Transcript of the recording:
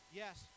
yes